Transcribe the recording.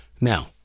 Now